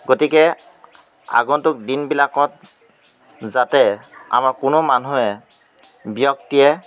গতিকে আগন্তুক দিনবিলাকত যাতে আমাৰ কোনো মানুহে ব্যক্তিয়ে